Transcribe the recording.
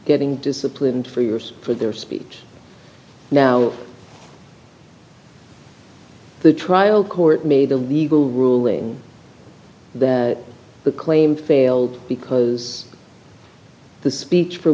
getting disciplined for years for their speech now the trial court made a legal ruling the claim failed because the speech for